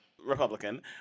Republican